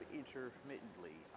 intermittently